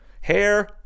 Hair